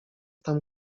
tam